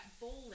bowling